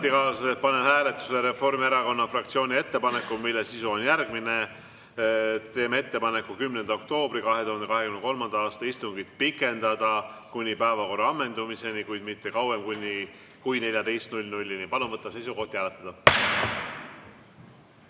panen hääletusele Reformierakonna fraktsiooni ettepaneku, mille sisu on järgmine. Teeme ettepaneku 10. oktoobri 2023. aasta istungit pikendada kuni päevakorra ammendumiseni, kuid mitte kauem kui 14‑ni. Palun võtta seisukoht ja hääletada!